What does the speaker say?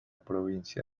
provincia